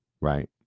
Right